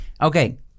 Okay